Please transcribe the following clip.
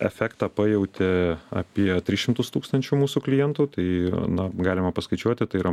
efektą pajautė apie tris šimtus tūkstančių mūsų klientų tai na galima paskaičiuoti tai yra